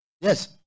Yes